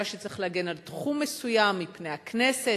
שצריך להגן על תחום מסוים מפני הכנסת,